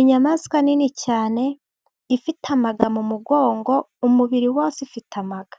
Inyamaswa nini cyane ifite amaga mu mugongo umubiri wose ifite amaga,